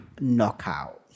knockout